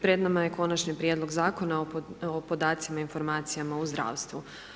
Pred nama je Konačni prijedlog zakona o podacima i informacijama u zdravstvu.